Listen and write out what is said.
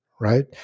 right